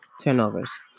turnovers